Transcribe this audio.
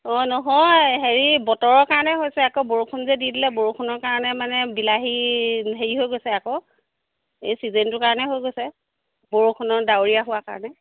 অঁ নহয় হেৰি বতৰৰ কাৰণে হৈছে আকৌ বৰষুণ যে দি দিলে বৰষুণৰ কাৰণে মানে বিলাহী হেৰি হৈ গৈছে আকৌ এই চিজনটোৰ কাৰণে হৈ গৈছে বৰষুণত ডাৱৰীয়া হোৱাৰ কাৰণে